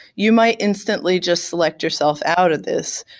you might instantly just select yourself out of this.